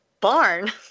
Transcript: barn